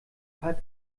paar